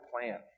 plan